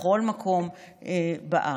בכל מקום בארץ.